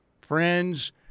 Friends